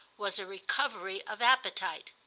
was a recovery of appetite.